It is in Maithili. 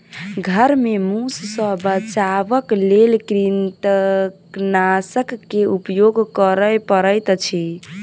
घर में मूस सॅ बचावक लेल कृंतकनाशक के उपयोग करअ पड़ैत अछि